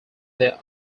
they